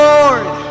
Lord